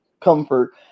comfort